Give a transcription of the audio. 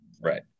Right